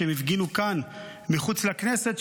כשהם הפגינו כאן מחוץ לכנסת,